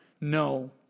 No